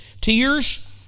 tears